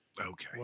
Okay